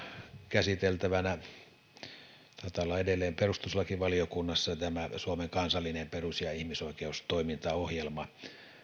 käsiteltävänä taitaa olla edelleen perustuslakivaliokunnassa suomen kansallinen perus ja ihmisoikeustoimintaohjelma oliko nyt